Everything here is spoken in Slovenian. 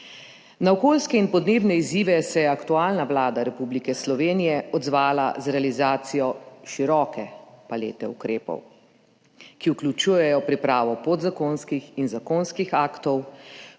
Na okoljske in podnebne izzive se je aktualna Vlada Republike Slovenije odzvala z realizacijo široke palete ukrepov, ki vključujejo pripravo podzakonskih in zakonskih aktov,